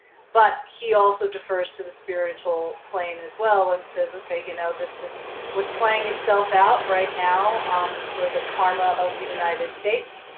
but, he also defers to the spiritual plane as well and says, like ah you know this is what's playing itself out right now um for the karma of the united states.